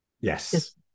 Yes